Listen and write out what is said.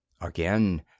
Again